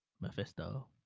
Mephisto